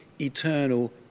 eternal